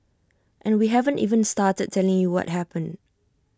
and we haven't even started telling you what happened